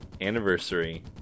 anniversary